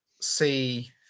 see